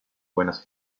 buenas